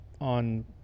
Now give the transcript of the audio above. on